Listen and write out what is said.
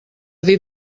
dir